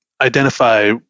identify